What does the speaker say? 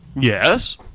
Yes